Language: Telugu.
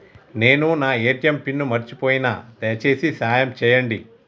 నేను నా ఏ.టీ.ఎం పిన్ను మర్చిపోయిన, దయచేసి సాయం చేయండి